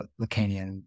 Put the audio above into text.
Lacanian